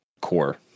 core